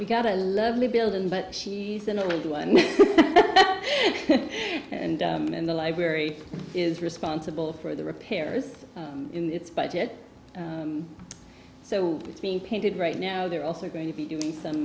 ve got a lovely building but she's an old one and in the library is responsible for the repairs in its budget so it's being painted right now they're also going to be doing some